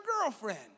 girlfriend